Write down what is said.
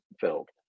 filled